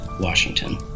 Washington